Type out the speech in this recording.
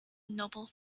noble